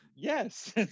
Yes